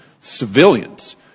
civilians